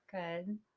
Good